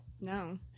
No